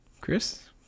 Chris